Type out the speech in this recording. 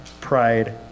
pride